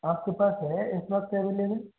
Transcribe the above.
आपके पास है इस वक्त अवेलेबल